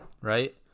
right